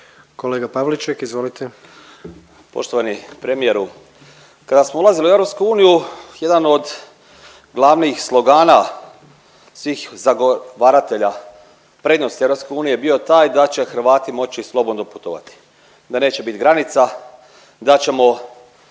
suverenisti)** Poštovani premijeru kada smo ulazili u EU jedan od glavnih slogana svih zagovaratelja prednosti EU je bio taj da će Hrvati moći slobodno putovati, da neće biti granica, da ćemo